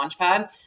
Launchpad